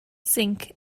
zinc